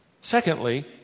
Secondly